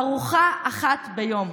ארוחה אחת ביום.